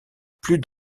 plus